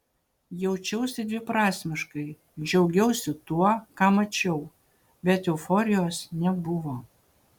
jaučiausi dviprasmiškai džiaugiausi tuo ką mačiau bet euforijos nebuvo